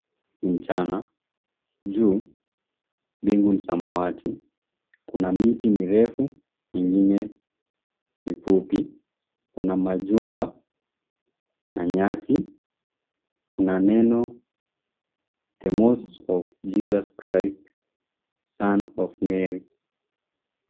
Ni mchana. Juu mbingu ni samawati. Kuna miti mirefu, mengine mifupi. Kuna majumba na nyasi. Kuna neno ,The Mosque of Jesus Christ Son Of Mary.